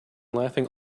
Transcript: laughing